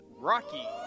Rocky